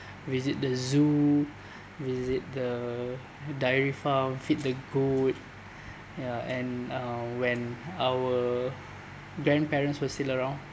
visit the zoo visit the dairy farm feed the goat ya and uh when our grandparents were still around